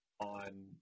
on